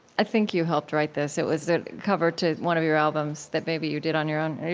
i think you helped write this. it was the cover to one of your albums that maybe you did on your own.